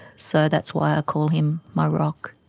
so that's why i call him my rock.